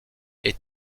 est